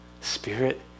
Spirit